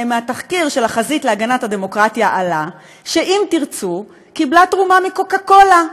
מהתחקיר של החזית להגנת הדמוקרטיה עלה שאם תרצו קיבלה תרומה מקוקה קולה,